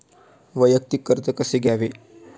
वैयक्तिक कर्ज कसे घ्यावे?